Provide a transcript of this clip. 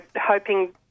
hoping